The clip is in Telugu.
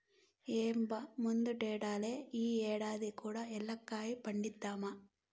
ఏం బా ముందటేడల్లే ఈ ఏడాది కూ ఏలక్కాయ పంటేద్దామా